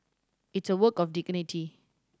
it's a work of dignity